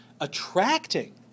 attracting